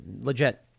Legit